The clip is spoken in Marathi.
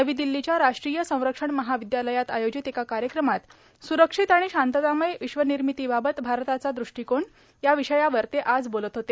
नवी दिल्लीच्या राष्ट्रीय संरक्षण महाविद्यालयात आयोजित एका कार्यक्रमात स्रक्षित आणि शांततामय विश्वनिर्मितीबाबत भारताचा दृष्टीकोन या विषयावर ते आज बोलत होते